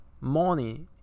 money